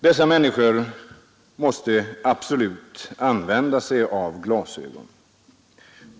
Dessa människor måste absolut använda sig av glasögon.